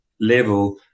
level